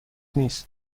نیست